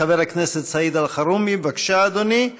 חבר הכנסת סעיד אלחרומי, בבקשה, אדוני.